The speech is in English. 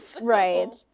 Right